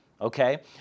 Okay